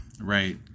Right